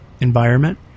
environment